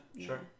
Sure